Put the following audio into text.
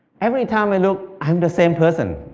every time i look, i am the same person.